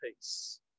peace